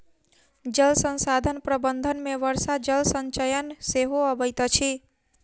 जल संसाधन प्रबंधन मे वर्षा जल संचयन सेहो अबैत अछि